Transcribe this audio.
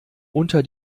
unter